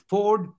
Ford